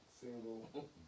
single